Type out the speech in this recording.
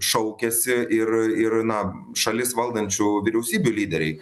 šaukiasi ir ir na šalis valdančiųjų vyriausybių lyderiai